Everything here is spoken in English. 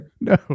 No